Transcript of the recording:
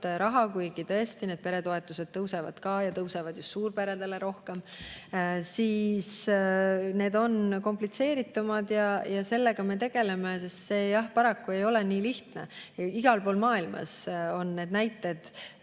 raha, kuigi tõesti, need peretoetused tõusevad ka ja tõusevad just suurperedel rohkem, aga on ka komplitseeritumaid [meetmeid]. Ja sellega me tegeleme, sest see paraku ei ole nii lihtne. Igal pool maailmas on neid näiteid,